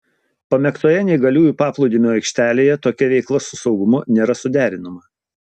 pamėgtoje neįgaliųjų paplūdimio aikštelėje tokia veikla su saugumu nėra suderinama